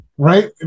Right